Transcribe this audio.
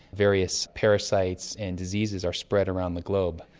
various parasites and diseases are spread around the globe.